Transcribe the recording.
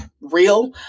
real